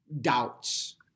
doubts